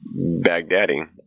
Baghdadi